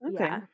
okay